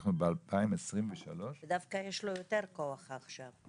אנחנו ב-2023 --- דווקא יש לו יותר כוח עכשיו.